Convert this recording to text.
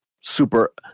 super